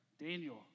Daniel